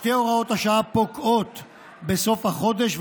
שתי הוראות השעה פוקעות בסוף החודש,